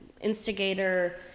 instigator